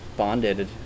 bonded